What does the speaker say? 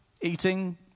eating